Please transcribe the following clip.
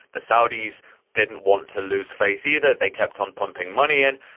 the saudis didn't want to lose face either, they kept on pumping money in,